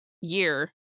year